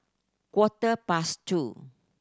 quarter past two